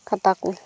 ᱠᱷᱟᱛᱟ ᱠᱚ